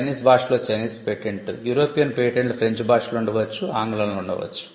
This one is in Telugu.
చైనీస్ భాషలో చైనీస్ పేటెంట్ యూరోపియన్ పేటెంట్లు ఫ్రెంచ్ భాషలో ఉండవచ్చు అది ఆంగ్లంలో ఉండవచ్చు